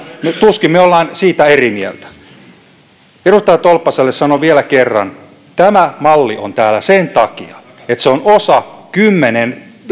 tuskin me olemme siitä eri mieltä edustaja tolppaselle sanon vielä kerran tämä malli on täällä sen takia että se on osa kymmenen